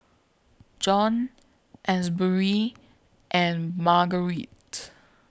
Jon Asbury and Margarite